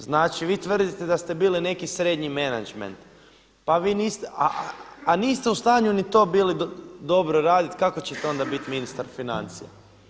Znači vi tvrdite da ste bili neki srednji menadžment, pa vi niste, a niste u stanju ni to bili dobro raditi, kako ćete onda biti ministar financija?